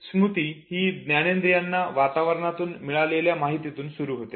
स्मृती ही ज्ञानेंद्रियांना वातावरणातून मिळालेल्या माहितीतून सुरू होते